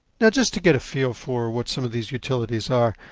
now, just to get a feel for what's some of these utilities are,